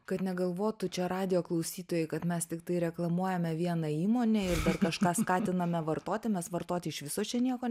kad negalvotų čia radijo klausytojai kad mes tiktai reklamuojame vieną įmonę ir dar kažką skatiname vartoti mes vartoti iš viso čia nieko